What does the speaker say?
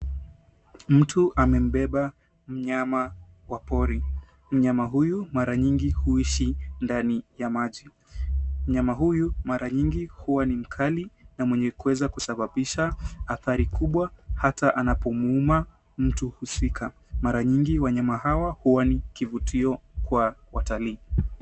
Mtu amembeba mnyama wa pori. Mnyama huyu mara nyingi huishi ndani ya maji. Mnyama huyu mara nyingi huwa ni mkali na mwenye kuweza kusababisha athari kubwa hata anapomuuma mtu husika. Mara nyingi wanyama hawa huwa ni kivutio kwa watalii.